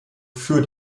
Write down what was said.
für